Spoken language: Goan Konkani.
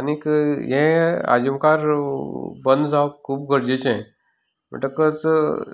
आनीक हें हाज्या खाकार बंद जावप खूब गरजेचें म्हणटकच